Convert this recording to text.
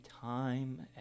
time